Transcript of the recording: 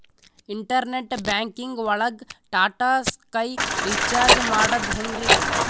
Internet banking ಒಳಗ್ Tata sky recharge ಮಾಡದ್ ಹೆಂಗ್ರೀ?